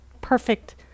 perfect